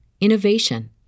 innovation